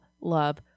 love